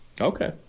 Okay